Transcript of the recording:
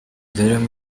derulo